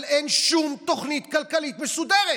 אבל אין שום תוכנית כלכלית מסודרת.